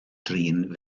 drin